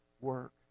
work